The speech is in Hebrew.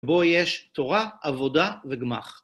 בו יש תורה, עבודה וגמח.